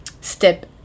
step